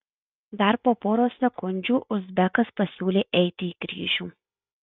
dar po poros sekundžių uzbekas pasiūlė eiti į kryžių